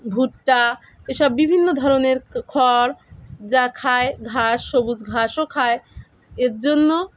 ভুট্টা এসব বিভিন্ন ধরনের খড় যা খায় ঘাস সবুজ ঘাসও খায় এর জন্য